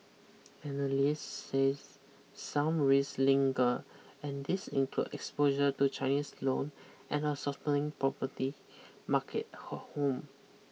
analysts says some raise linger and these include exposure to Chinese loan and a softening property market home